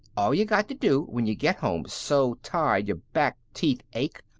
all you got to do, when you get home so tired your back teeth ache,